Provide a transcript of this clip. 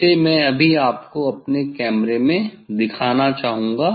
इसे मैं अभी आपको अपने कैमरे में दिखाना चाहूँगा